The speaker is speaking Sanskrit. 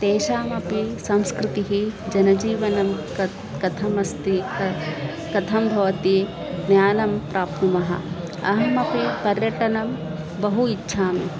तेषामपि संस्कृतिः जनजीवनं क कथमस्ति क कथं भवति ज्ञानं प्राप्नुमः अहमपि पर्यटनं बहु इच्छामि